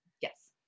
Yes